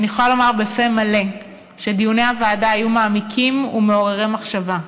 אני יכולה לומר בפה מלא שדיוני הוועדה היו מעמיקים ומעוררי מחשבה.